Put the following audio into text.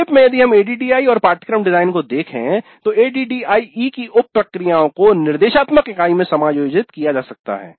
संक्षेप में यदि हम एडीडीआईई और पाठ्यक्रम डिजाइन को देखें तो एडीडीआईई की उप प्रक्रियाओं को निर्देशात्मक स्थिति में समायोजित किया जा सकता है